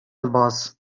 الباص